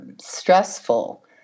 stressful